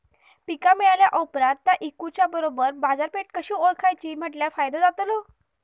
पीक मिळाल्या ऑप्रात ता इकुच्या बरोबर बाजारपेठ कशी ओळखाची म्हटल्या फायदो जातलो?